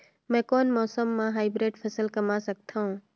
मै कोन मौसम म हाईब्रिड फसल कमा सकथव?